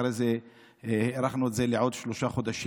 ואחרי זה הארכנו את זה לעוד שלושה חודשים.